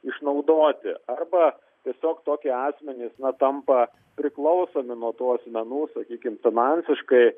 išnaudoti arba tiesiog tokie asmenys tampa priklausomi nuo tų asmenų sakykim finansiškai